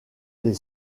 les